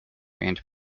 and